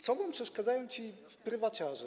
Co wam przeszkadzają ci prywaciarze?